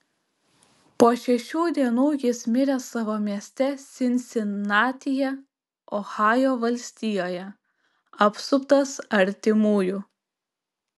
po šešių dienų jis mirė savo mieste sinsinatyje ohajo valstijoje apsuptas artimųjų